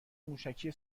موشکی